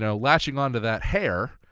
you know latching on to that hare,